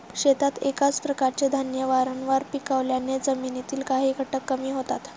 शेतात एकाच प्रकारचे धान्य वारंवार पिकवल्याने जमिनीतील काही घटक कमी होतात